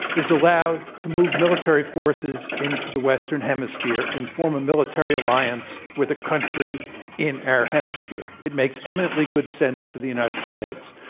is allowed to move military forces into the western hemisphere and form a military alliance with a country in our hemisphere. it makes eminently good sense for the united states.